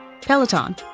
Peloton